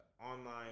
online